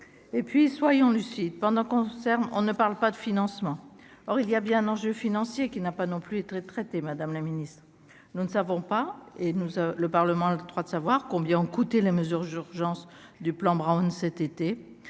et puis soyons lucides pendant concerne on ne parle pas de financement, or il y a bien un enjeu financier qui n'a pas non plus être traité, Madame la Ministre, nous ne savons pas et nous le Parlement, le droit de savoir combien ont coûté les mesures urgence du plan Brown cet été,